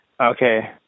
Okay